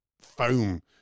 foam